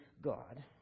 God